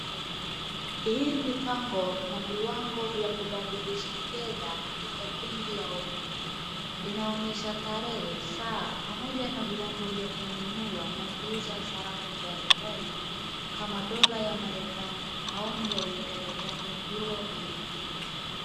Hii ni bango na viwango vya kubadilisha fedha katika benki ya Oriental. Inaonyesha tarehe saa pamoja na viwango vya kununua na kuuza sarafu mbalimbali kama Dollar ya Merakani paundi ya Uigerazani, Euro na nyinginezo.